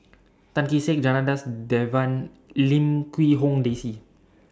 Tan Kee Sek Janadas Devan Lim Quee Hong Daisy